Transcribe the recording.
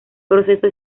proceso